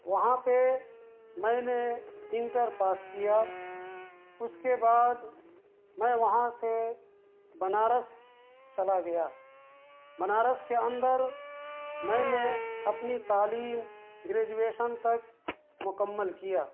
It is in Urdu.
وہاں پہ میں نے انٹر پاس کیا اس کے بعد میں وہاں سے بنارس چلا گیا بنارس کے اندر میں نے اپنی تعلیم گریجویشن تک مکمل کیا